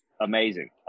amazing